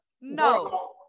no